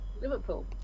Liverpool